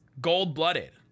gold-blooded